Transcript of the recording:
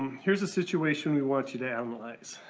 here's a situation we want you to analyze.